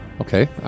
Okay